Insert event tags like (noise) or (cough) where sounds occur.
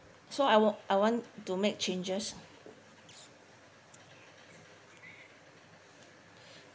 so I wa~ I want to make changes (breath)